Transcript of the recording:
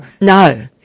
No